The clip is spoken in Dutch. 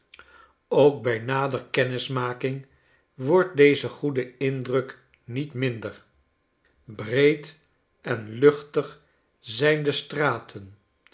ook bij nader kennismaking wordt deze goede indruk niet minder breed en luchtig zijn de straten